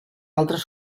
altres